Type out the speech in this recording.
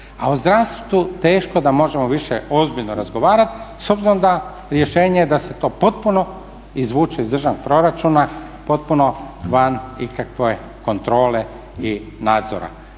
A o zdravstvu teško da možemo više ozbiljno razgovarati s obzirom da rješenje je da se to potpuno izvuče iz državnog proračuna, potpuno van ikakve kontrole i nadzora.